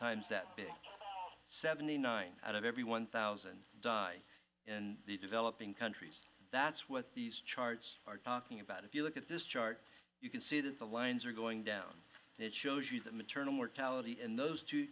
times that big seventy nine out of every one thousand die in the developing countries that's what these charts are talking about if you look at this chart you can see that the lines are going down and it shows you that maternal mortality in those